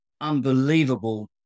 unbelievable